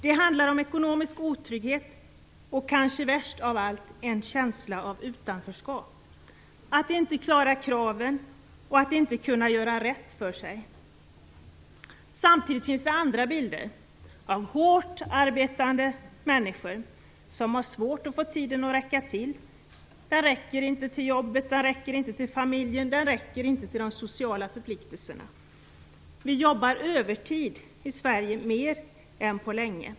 Det handlar om ekonomisk otrygghet och, kanske värst av allt, om en känsla av utanförskap, av att inte klara kraven och av att inte kunna göra rätt för sig. Samtidigt finns det andra bilder, bilder av hårt arbetande människor som har svårt att få tiden att räcka till. Den räcker inte till jobbet, familjen och de sociala förpliktelserna. Vi jobbar övertid i Sverige mer än på länge.